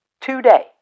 today